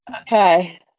okay